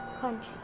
country